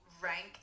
rank